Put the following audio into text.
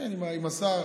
השר